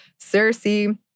Cersei